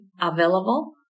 available